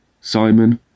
Simon